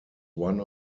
one